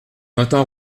entend